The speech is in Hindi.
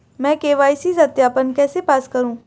मैं के.वाई.सी सत्यापन कैसे पास करूँ?